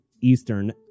Eastern